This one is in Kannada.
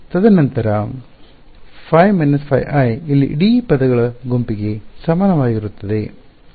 ತದನಂತರ ϕ − ϕi ಇಲ್ಲಿ ಇಡೀ ಪದಗಳ ಗುಂಪಿಗೆ ಸಮಾನವಾಗಿರುತ್ತದೆ